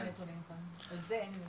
אין לי כרגע נתונים על זה.